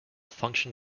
function